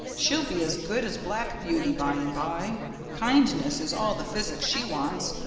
she'll be as good as black beauty by and by kindness is all the physic she wants,